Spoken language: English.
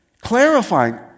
clarifying